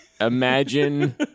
Imagine